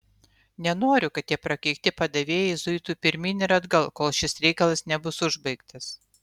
nenoriu kad tie prakeikti padavėjai zuitų pirmyn ir atgal kol šis reikalas nebus užbaigtas